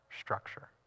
structure